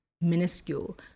minuscule